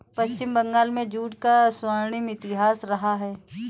पश्चिम बंगाल में जूट का स्वर्णिम इतिहास रहा है